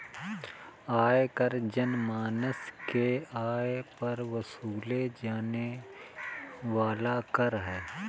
आयकर जनमानस के आय पर वसूले जाने वाला कर है